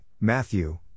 Matthew